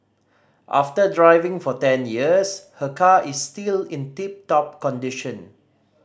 after driving for ten years her car is still in tip top condition